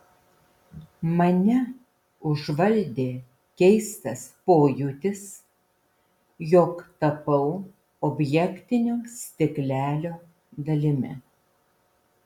mane užvaldė keistas pojūtis jog tapau objektinio stiklelio dalimi